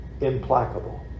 implacable